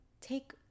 take